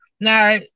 Now